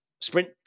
sprint